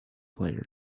player